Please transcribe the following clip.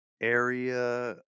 area